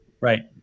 Right